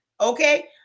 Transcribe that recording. okay